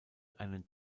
einen